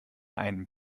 einen